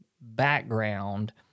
background